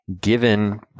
given